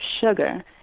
sugar